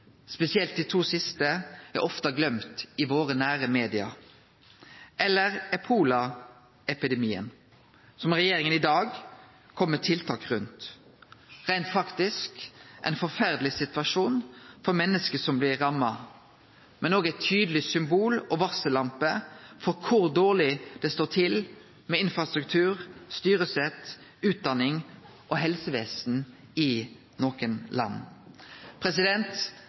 Spesielt dei to siste blir ofte gløymde i dei nære media våre. Så har me ebolaepidemien, som regjeringa i dag må kome med tiltak rundt. Reint faktisk er det ein heilt forferdeleg situasjon for menneska som blir ramma, men det er òg eit tydeleg symbol på og ei varsellampe for kor dårleg det står til med infrastruktur, styresett, utdanning og helsevesen i nokre land.